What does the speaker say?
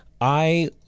I-